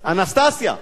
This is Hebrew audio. אנסטסיה.